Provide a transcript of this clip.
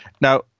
now